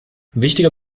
wichtiger